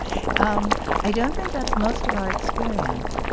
um i don't think that's most of our experience.